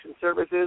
services